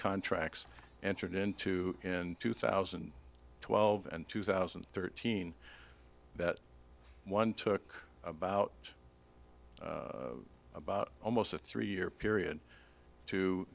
contracts entered into in two thousand and twelve and two thousand and thirteen that one took about about almost a three year period to